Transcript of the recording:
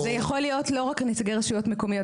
זה יכול להיות לא רק נציגי רשויות מקומיות.